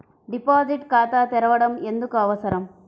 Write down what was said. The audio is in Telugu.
డిపాజిట్ ఖాతా తెరవడం ఎందుకు అవసరం?